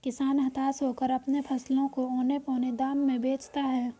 किसान हताश होकर अपने फसलों को औने पोने दाम में बेचता है